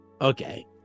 Okay